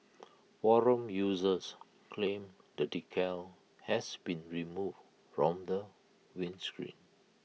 forum users claimed the decal has been removed from the windscreen